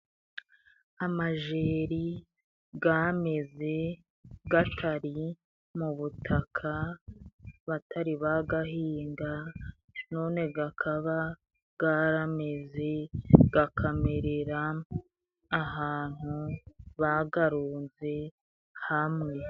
Amajeri gameze gatari mu butaka batari bagahinga, none gakaba garameze, gakamerera ahantu bagarunze hamwe.